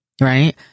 Right